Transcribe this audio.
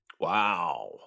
Wow